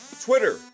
Twitter